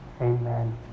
Amen